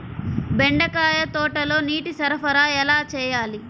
బెండకాయ తోటలో నీటి సరఫరా ఎలా చేయాలి?